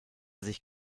sich